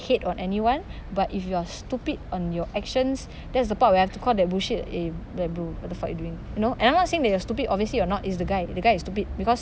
hate on anyone but if you are stupid on your actions that's the part where I have to call that bullshit eh like bro what the fuck you doing you know and I'm not saying that you are stupid obviously you're not is the guy the guy is stupid because